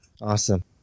Awesome